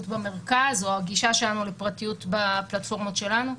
במרכז או הגישה שלנו לפרטיות בפלטפורמות שלנו,